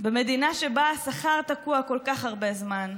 במדינה שבה השכר תקוע כל כך הרבה זמן,